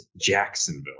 Jacksonville